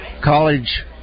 college